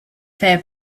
fair